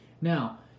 Now